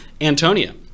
Antonia